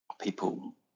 people